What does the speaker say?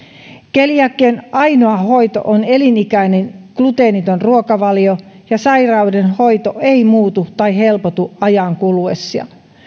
keliakian ainoa hoito on elinikäinen gluteeniton ruokavalio ja sairauden hoito ei muutu tai helpotu ajan kuluessa